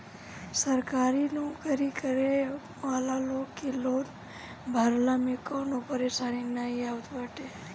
सरकारी नोकरी करे वाला लोग के लोन भरला में कवनो परेशानी नाइ आवत बाटे